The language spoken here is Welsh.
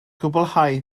gwblhau